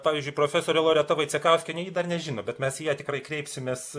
pavyzdžiui profesorė loreta vaicekauskienė ji dar nežino bet mes į ją tikrai kreipsimės